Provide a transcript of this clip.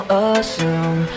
assume